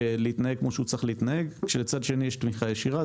להתנהג כמו שהוא צריך להתנהג כשלצד השני יש תמיכה ישירה,